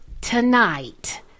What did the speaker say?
tonight